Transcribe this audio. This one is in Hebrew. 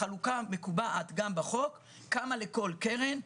החלוקה מקובעת גם בחוק, כמה לכל קרן.